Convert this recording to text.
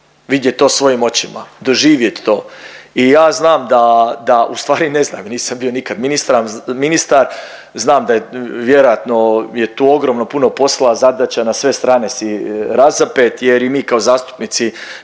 vidjet to svojim očima, doživjet to. I ja znam da, da u stvari ne znam, nisam bio nikad ministar. Znam da je vjerojatno je tu ogromno puno posla, zadaća na sve strane si razapet jer i mi kao zastupnici